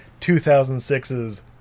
2006's